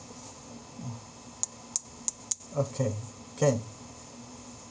uh okay can